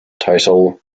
title